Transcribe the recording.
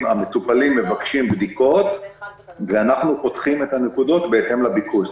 המטופלים מבקשים בדיקות ואנחנו פותחים את הנקודות בהתאם לביקוש.